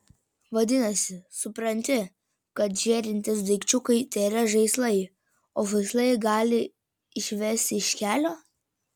vadinasi supranti kad žėrintys daikčiukai tėra žaislai o žaislai gali išvesti iš kelio